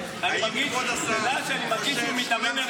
כבוד השר, אתה חושב שכולם צריכים להתגייס?